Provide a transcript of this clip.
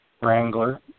Wrangler